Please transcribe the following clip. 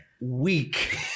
weak